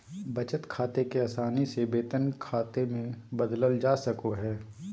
बचत खाते के आसानी से वेतन खाते मे बदलल जा सको हय